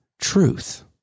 truth